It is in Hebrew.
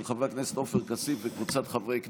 של חבר הכנסת עופר כסיף וקבוצת חברי הכנסת.